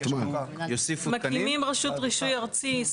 מתקינים רשות רישוי ארצי,